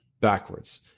backwards